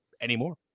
anymore